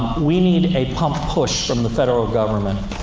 we need a pump-push from the federal government,